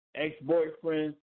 ex-boyfriend